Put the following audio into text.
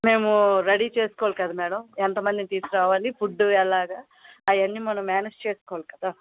మేము రెడీ చేసుకోవాలి కదా మ్యాడం ఎంత మందిని తీసుకురావాలి ఫుడ్ ఎలాగా అయన్ని మనం మేనేజ్ చేసుకోవాలి కదా